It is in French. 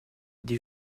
des